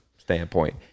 standpoint